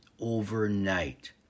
overnight